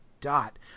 dot